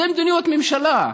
זאת מדיניות ממשלה,